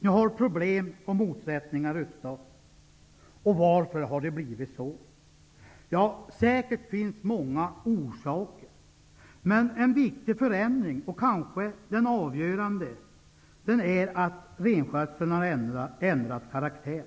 Nu har problem och motsättningar uppstått. Varför har det blivit så? Ja, säkert finns det många orsaker, men en viktig förändring -- kanske den avgörande -- är att renskötseln har ändrat karaktär.